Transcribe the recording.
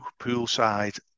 poolside